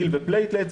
GIL ו-platelets,